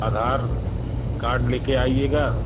अधार card लेके आइएगा